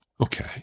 Okay